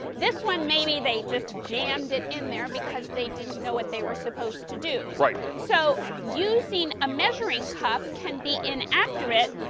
this one, maybe they just jammed it in there because they didn't know what they were supposed to do. so, using a measuring cup can be inaccurate,